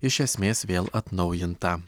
iš esmės vėl atnaujinta